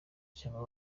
cyangwa